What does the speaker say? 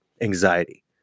anxiety